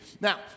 Now